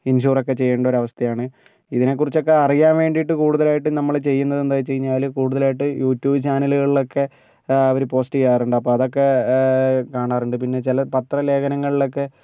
insure ഒക്കേ ചെയ്യേണ്ട ഒരവസ്ഥയാണ് ഇതിനേ കുറിച്ചൊക്കെ അറിയാൻ വേണ്ടിയിട്ട് കൂടുതലായിട്ടും നമ്മൾ ചെയ്യുന്നത് എന്താണെന്ന് വെച്ചാൽ കൂടുതലായിട്ട് യൂട്യൂബ് ചാനലുകളിലൊക്കേ അവർ പോസ്റ്റ് ചെയ്യാറുണ്ട് അപ്പം അതൊക്കേ കാണാറുണ്ട് പിന്നേ ചില പത്ര ലേഖനങ്ങളിലൊക്കേ